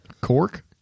Cork